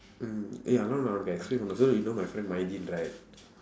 நான் உனக்கு:naan unakku explain பண்ணுறேன்:pannureen so you know my friend right